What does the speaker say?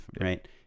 right